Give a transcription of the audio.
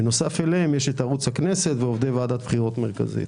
בנוסף אליהם יש ערוץ הכנסת ועובדי ועדת בחירות מרכזית.